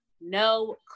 no